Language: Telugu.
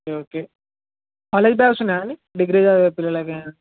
ఓకే ఓకే కాలేజ్ బ్యాగ్స్ ఉన్నాయా అండి డిగ్రీ చదివే పిల్లలకు అయిన